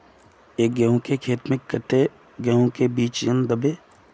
एक बिगहा खेत में कते गेहूम के बिचन दबे?